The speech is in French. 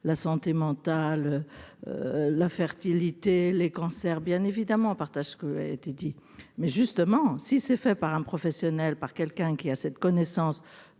la santé mentale, la fertilité, les cancers, bien évidemment, partage ce que elle été dit mais justement si c'est fait par un professionnel par quelqu'un qui a cette connaissance